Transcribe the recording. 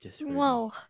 wow